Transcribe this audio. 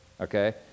okay